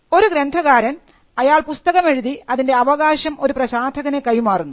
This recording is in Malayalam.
ഒരു ഗ്രന്ഥകാരൻ അയാൾ പുസ്തകമെഴുതി അതിൻറെ അവകാശം ഒരു പ്രസാധകന് കൈമാറുന്നു